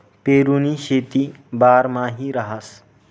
पेरुनी शेती बारमाही रहास